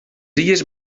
illes